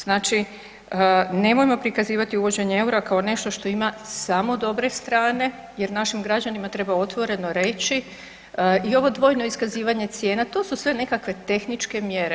Znači nemojmo prikazivati uvođenje EUR-a kao nešto što ima samo dobre strane jer našim građanima treba otvoreno reći i ovo dvojno iskazivanje cijena, to su sve nekakve tehničke mjere.